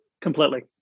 Completely